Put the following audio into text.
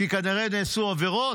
כי כנראה נעשו עבירות.